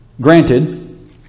Granted